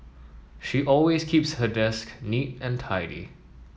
she always keeps her desk neat and tidy